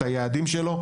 את היעדים שלו,